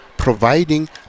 Providing